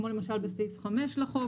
כמו למשל בסעיף 5 לחוק.